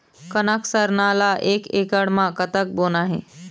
कनक सरना ला एक एकड़ म कतक बोना हे?